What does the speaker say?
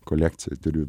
kolekcijoj turiu